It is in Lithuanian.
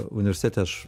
universitete aš